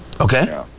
Okay